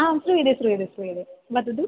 आं श्रूयते श्रूयते श्रूयते वदतु